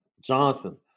Johnson